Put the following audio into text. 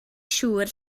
siŵr